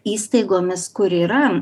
įstaigomis kur yra